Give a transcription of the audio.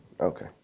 Okay